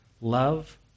love